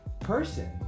person